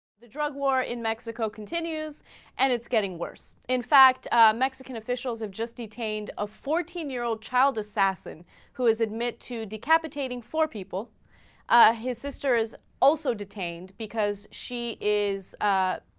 the drug war in mexico continues and it's getting worse in fact ah. mexican officials adjust detained a fourteen year old child assassin who is admit to decapitate ng four people ah. his sister's also detained because she is ah.